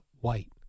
White